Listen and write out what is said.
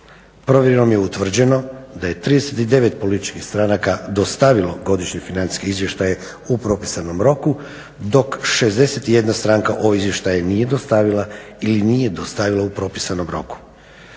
Provjerom je utvrđeno da je 39 političkih stranaka dostavilo godišnje financijske izvještaje u propisanom roku dok 61 stranka ove izvještaje nije dostavila ili nije dostavila u propisnom roku.